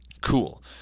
Cool